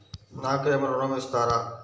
నాకు ఏమైనా ఋణం ఇస్తారా?